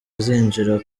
azinjira